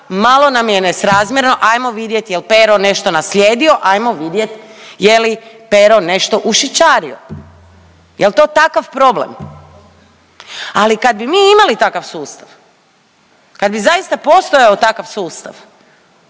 malo nam je nesrazmjerno, ajmo vidjet jel Pero nešto nešto naslijedio, ajmo vidjet je li Pero nešto ušičario? Jel to takav problem, ali kad bi mi imali takav sustav, kad bi zaista postojao takav sustav